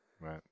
Right